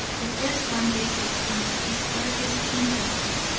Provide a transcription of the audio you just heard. the first one dated from his earliest infancy,